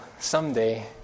Someday